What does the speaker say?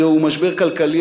זהו משבר כלכלי,